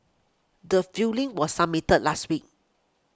the filing was submitted last week